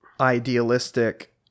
idealistic